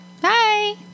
Bye